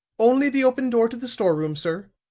only the open door to the store room, sir.